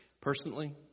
Personally